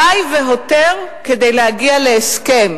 די והותר כדי להגיע להסכם,